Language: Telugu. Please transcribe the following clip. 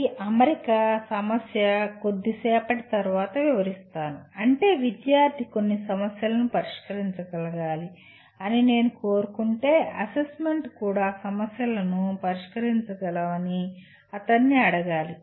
ఈ అమరిక సమస్య కొద్దిసేపటి తర్వాత వివరిస్తాను అంటే విద్యార్థి కొన్ని సమస్యలను పరిష్కరించగలగాలి అని నేను కోరుకుంటే అసెస్మెంట్ కూడా సమస్యలను పరిష్కరించమని అతన్ని అడగాలి